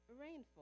rainfall